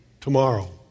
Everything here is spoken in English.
tomorrow